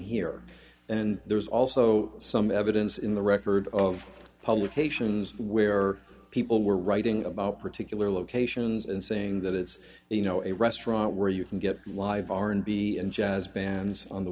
here and there's also some evidence in the record of publications where people were writing about particular locations and saying that it's you know a restaurant where you can get a live r and b and jazz bands on the